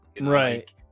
right